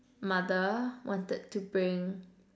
mother wanted to bring